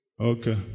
Okay